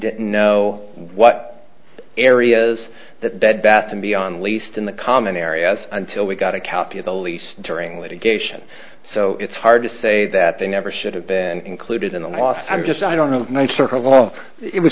didn't know what areas that bed bath and beyond least in the common areas until we got a copy of the lease during litigation so it's hard to say that they never should have been included in the last i'm just i don't know and i'm sort of all it would